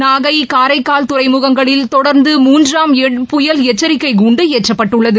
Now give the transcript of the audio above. நாகை காரைக்கால் துறைமுகங்களில் தொடர்ந்து முன்றாம் எண் புயல் எச்சரிக்கை கூண்டு ஏற்றப்பட்டுள்ளது